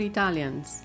Italians